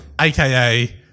AKA